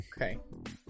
Okay